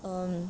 um